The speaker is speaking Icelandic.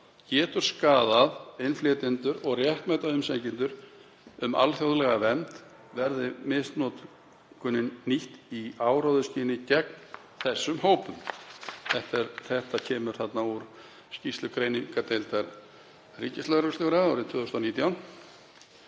getur skaðað innflytjendur og réttmæta umsækjendur um alþjóðlega vernd verði misnotkunin nýtt í áróðursskyni gegn þessum hópum.“ Þetta er úr skýrslu greiningardeildar ríkislögreglustjóra árið 2019